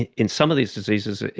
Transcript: and in some of these diseases,